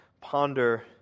ponder